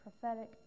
prophetic